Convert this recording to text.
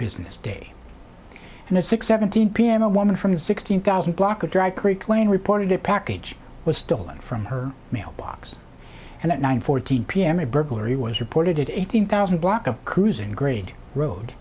business day and a six seventeen p m a woman from sixteen thousand block of dry creek lane reported a package was stolen from her mailbox and at nine fourteen pm a burglary was reported at eighteen thousand block of cruising grade road